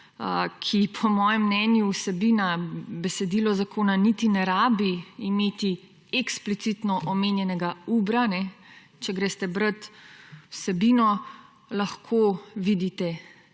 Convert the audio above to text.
ki, po mojem mnenju, vsebina, besedilo zakona niti ne rabi imeti eksplicitno omenjenega Ubra. Če greste brati vsebino lahko vidite